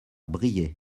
briey